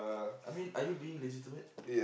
I mean are you being legitimate